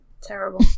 Terrible